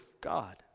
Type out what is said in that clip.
God